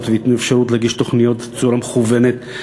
וייתנו אפשרות להגיש תוכניות בצורה מכוּונת,